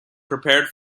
prepared